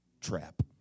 trap